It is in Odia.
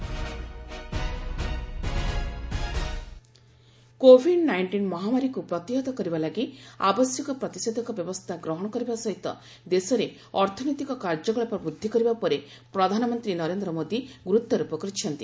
PM economic activity Covid nineteen ମହାମାରୀକୁ ପ୍ରତିହତ କରିବା ଲାଗି ଆବଶ୍ୟକ ପ୍ରତିଷେଧକ ବ୍ୟବସ୍ଥା ଗ୍ରହଣ କରିବା ସହିତ ଦେଶରେ ଅର୍ଥନୈତିକ କାର୍ଯ୍ୟକଳାପ ବୃଦ୍ଧି କରିବା ଉପରେ ପ୍ରଧାନମନ୍ତ୍ରୀ ନରେନ୍ଦ୍ର ମୋଦି ଗୁରୁତ୍ୱାରୋପ କରିଛନ୍ତି